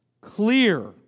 clear